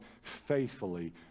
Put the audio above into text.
faithfully